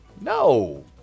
no